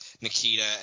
Nikita